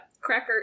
cracker